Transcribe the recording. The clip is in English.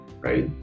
right